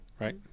right